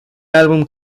álbum